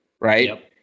right